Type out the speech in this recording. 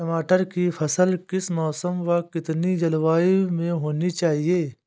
टमाटर की फसल किस मौसम व कितनी जलवायु में होनी चाहिए?